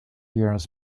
years